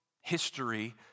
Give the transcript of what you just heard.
history